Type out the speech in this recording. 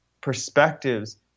perspectives